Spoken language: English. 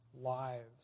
lives